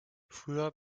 früher